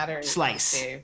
slice